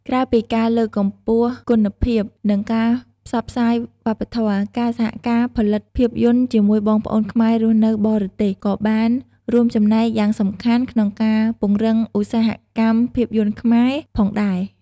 ក្រៅពីការលើកកម្ពស់គុណភាព និងការផ្សព្វផ្សាយវប្បធម៌ ការសហការផលិតភាពយន្តជាមួយបងប្អូនខ្មែររស់នៅបរទេស ក៏បានរួមចំណែកយ៉ាងសំខាន់ក្នុងការ ពង្រឹងឧស្សាហកម្មភាពយន្តខ្មែរ ផងដែរ។